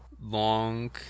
long